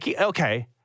Okay